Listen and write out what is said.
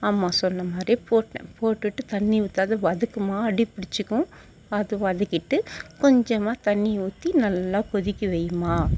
அம்மா சொன்னமாதிரி போட்டேன் போட்டுவிட்டு தண்ணிர் ஊத்தாது வதக்குமா அடிபிடிச்சிக்கும் பார்த்து வதக்கிவிட்டு கொஞ்சமாக தண்ணிர் ஊற்றி நல்லா கொதிக்க வைம்மா